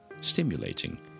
stimulating